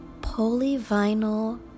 polyvinyl